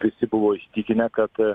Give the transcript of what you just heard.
visi buvo įsitikinę kad